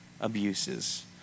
abuses